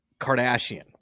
Kardashian